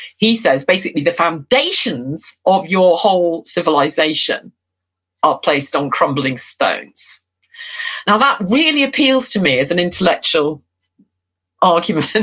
he says basically the foundations of your whole civilization are placed on crumbling stones now that really appeals to me as an intellectual argument.